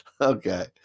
okay